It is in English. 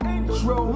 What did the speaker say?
Intro